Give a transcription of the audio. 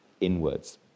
inwards